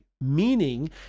meaning